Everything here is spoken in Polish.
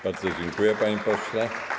Bardzo dziękuję, panie pośle.